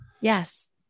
Yes